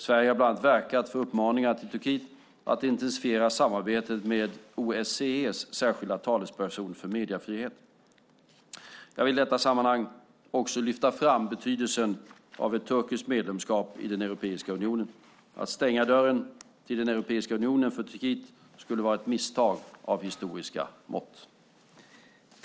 Sverige har bland annat verkat för uppmaningar till Turkiet att intensifiera samarbetet med OSCE:s särskilda talesperson för mediefrihet. Jag vill i detta sammanhang också lyfta fram betydelsen av ett turkiskt medlemskap i Europeiska unionen. Att stänga dörren till Europeiska unionen för Turkiet skulle vara ett misstag av historiska mått.